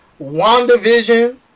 WandaVision